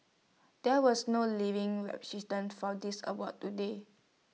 there was no living recipients for this award today